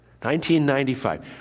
1995